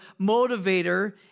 motivator